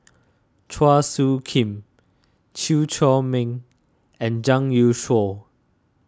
Chua Soo Khim Chew Chor Meng and Zhang Youshuo